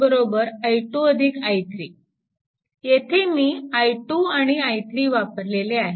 5 i2 I3 येथे मी i2 आणि I3 वापरले आहेत